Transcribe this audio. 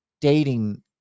dating